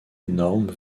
énorme